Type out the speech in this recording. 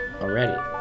already